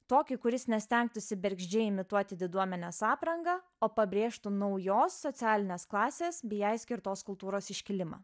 tokį kuris ne stengtųsi bergždžiai imituoti diduomenės aprangą o pabrėžtų naujos socialinės klasės bei jai skirtos kultūros iškilimą